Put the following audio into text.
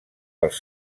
pels